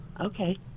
Okay